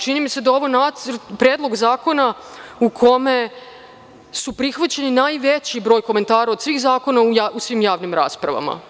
Čini mi se da je ovo Predlog zakona u kome je prihvaćen najveći broj komentara od svih zakona u svim javnim raspravama.